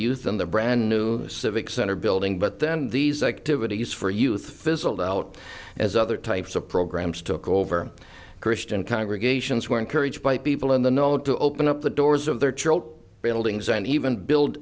youth in the brand new civic center building but then these activities for youth fizzled out as other types of programs took over christian congregations were encouraged by people in the know to open up the doors of their child buildings and even build